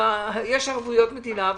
יש ערבויות מדינה,